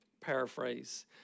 paraphrase